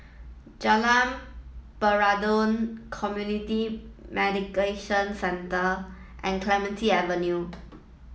Jalan Peradun Community Mediation Centre and Clementi Avenue